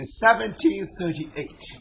1738